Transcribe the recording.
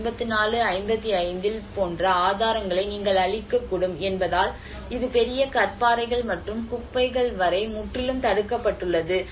1954 55ல் போன்ற ஆதாரங்களை நீங்கள் அழிக்கக்கூடும் என்பதால் இது பெரிய கற்பாறைகள் மற்றும் குப்பைகள் வரை முற்றிலும் தடுக்கப்பட்டுள்ளது